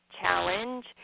challenge